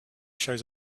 shows